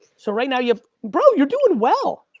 so, right now you have bro, you're doing well!